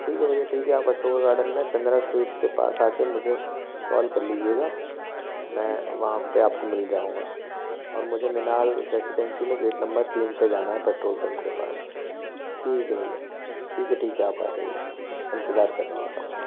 ठीक है भैया ठीक है आप अशोका गार्डन में चंद्रा स्वीट्स के पास आकर मुझे कॉल कर लीजिएगा मैं वहाँ पर आपको मिल जाऊंगा और मुझे मीनाल रेसीडेंसी में गेट नम्बर तीन पर जाना है पेट्रोल पम्प के पास ठीक है भैया ठीक है ठीक है आप आ जाइए इंतजार कर रहा हूँ आपका